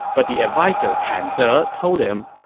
but the adviser kan ze told him,